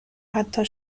حتی